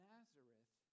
Nazareth